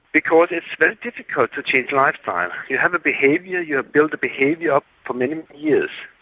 because it's very difficult to change lifestyle. you have a behaviour, you ah build a behaviour up for many years,